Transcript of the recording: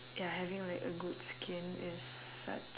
ya having like a good skin is such